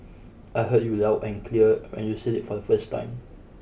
I heard you loud and clear when you said it for the first time